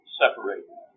separated